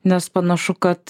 nes panašu kad